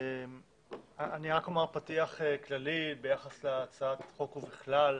אני רק אומר פתיח כללי ביחס להצעת החוק ובכלל.